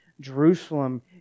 Jerusalem